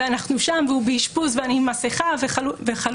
אנחנו שם והוא באשפוז ואני עם מסכה וחלוק.